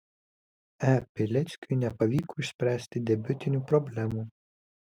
e pileckiui nepavyko išspręsti debiutinių problemų